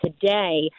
today